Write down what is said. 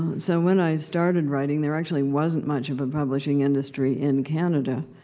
so, when i started writing there actually wasn't much of a publishing industry in canada.